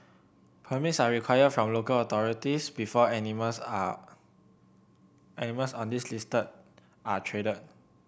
permits are required from local authorities before animals are animals on this list are traded